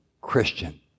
Christian